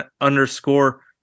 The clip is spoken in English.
underscore